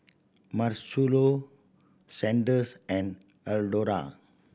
Marcello Sanders and Eldora